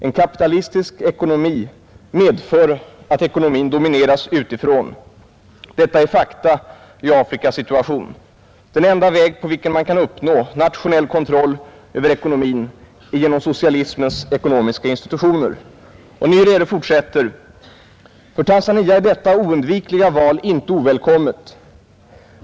En kapitalistisk ekonomi medför att ekonomin domineras utifrån. Detta är fakta i Afrikas situation. Den enda väg på vilken man kan uppnå nationell kontroll över ekonomin är genom socialismens ekonomiska institutioner.” Nyerere fortsätter: ”För Tanzania är detta oundvikliga val inte ovälkommet.